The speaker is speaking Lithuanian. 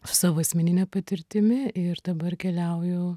savo asmenine patirtimi ir dabar keliauju